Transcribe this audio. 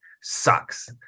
sucks